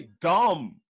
dumb